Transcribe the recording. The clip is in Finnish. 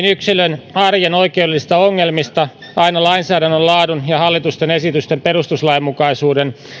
yksilön arjen oikeudellisista ongelmista aina lainsäädännön laadun ja hallitusten esitysten perustuslainmukaisuuden